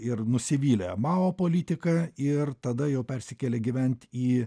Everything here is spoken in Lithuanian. ir nusivyl mao politika ir tada jau persikėlė gyvent į